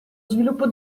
sviluppo